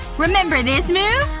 remember this move?